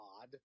odd